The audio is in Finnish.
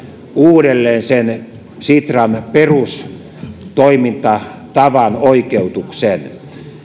uudelleen sen sitran perustoimintatavan oikeutuksen